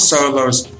Solo's